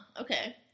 Okay